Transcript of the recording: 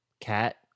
cat